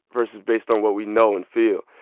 versus based on what we know and feel.